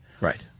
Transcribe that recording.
Right